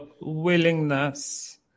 willingness